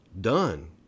done